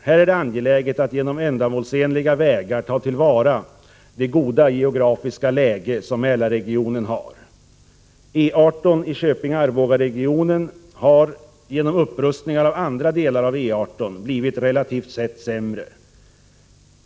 Här är det angeläget att genom ändamålsenliga vägar ta till vara det goda geografiska läge som Mälarregionen har. E 18 i Köping-Arboga-regionen har, genom upprustning av andra delar av E 18, blivit relativt sett sämre.